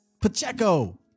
Pacheco